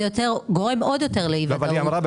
זה גורם עוד יותר לאי ודאות, למה?